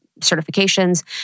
certifications